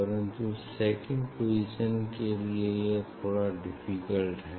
परन्तु second position के लिए यह थोड़ा डिफिकल्ट है